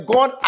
God